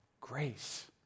grace